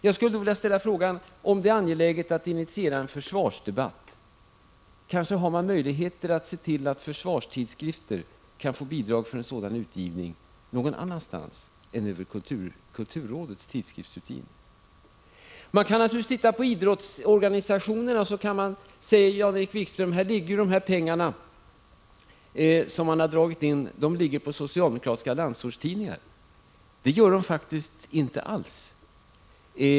Jag skulle vilja ställa frågan: Om det är angeläget att initiera en försvarsdebatt, har man då inte möjligheter att se till att försvarstidskrifter kan få bidrag till sin utgivning från annat håll än genom kulturrådets utgivningsstöd? Man kan också se på idrottsorganisationerna. Jan-Erik Wikström säger att de pengar som har dragits in går i stället till socialdemokratiska landsortstidningar. Det gör de faktiskt inte alls.